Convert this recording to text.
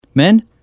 Men